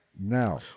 now